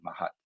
Mahat